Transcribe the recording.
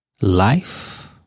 Life